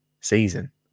season